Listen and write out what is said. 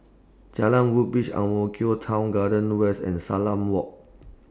Jalan Woodbridge Ang Mo Kio Town Garden West and Salam Walk